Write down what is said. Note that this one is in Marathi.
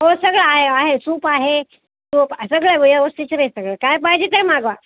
हो सगळं आहे आहे सूप आहे सूप सगळं व्यवस्थीशीर आहे सगळं काय पाहिजे ते मागवा